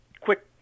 quick